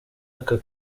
aka